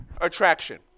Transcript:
attraction